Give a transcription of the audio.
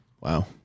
Wow